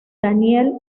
daniel